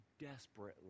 desperately